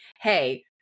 hey